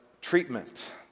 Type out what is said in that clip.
treatment